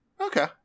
okay